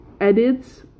edits